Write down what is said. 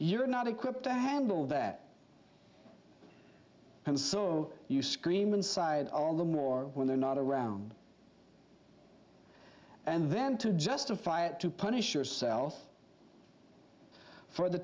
you're not equipped to handle that and so you scream inside all the more when they're not around and then to justify it to punish yourself for the